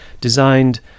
designed